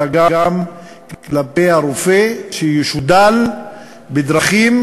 אלא גם כלפי הרופא שישודל בדרכים